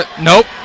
Nope